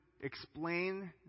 explain